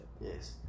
Yes